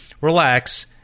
relax